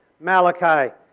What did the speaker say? Malachi